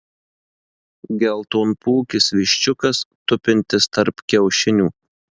geltonpūkis viščiukas tupintis tarp kiaušinių